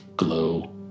Glow